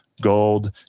gold